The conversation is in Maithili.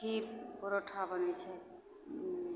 खीर परौठा बनै छै